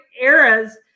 eras